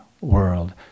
world